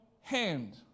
hand